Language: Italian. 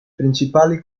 principali